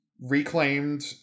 reclaimed